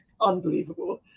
unbelievable